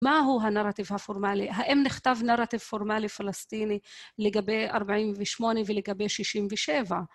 מהו הנרטיב הפורמלי? האם נכתב נרטיב פורמלי פלסטיני לגבי 48' ולגבי 67'?